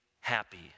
happy